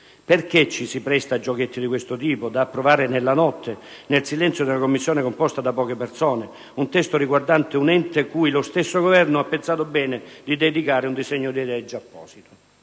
Perché ci si presta a giochetti di questo tipo, approvando nella notte, nel silenzio di una Commissione composta da poche persone, un testo riguardante un ente cui lo stesso Governo ha pensato bene di dedicare un disegno di legge apposito?